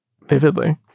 vividly